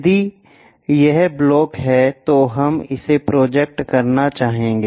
यदि यह ब्लॉक है तो हम इसे प्रोजेक्ट करना चाहेंगे